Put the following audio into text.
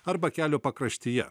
arba kelio pakraštyje